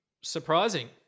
Surprising